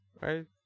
right